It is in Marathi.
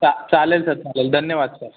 चा चालेल सर चालेल धन्यवाद सर